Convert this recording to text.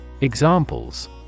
Examples